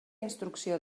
instrucció